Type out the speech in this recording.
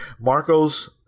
Marco's